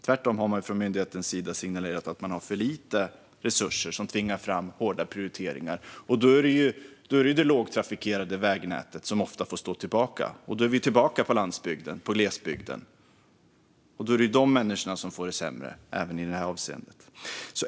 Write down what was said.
Tvärtom har myndigheten signalerat att man har för lite resurser, vilket tvingar fram hårda prioriteringar. Då är det ofta det lågtrafikerade vägnätet som får stå tillbaka. Då är vi tillbaka på landsbygden och i glesbygden. Då får de människorna det sämre, även i det här avseendet.